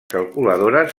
calculadores